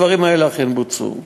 הדברים האלה אכן בוצעו.